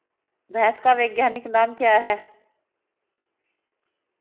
भैंस का वैज्ञानिक नाम क्या है?